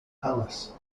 palace